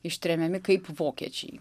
ištremiami kaip vokiečiai